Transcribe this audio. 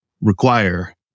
require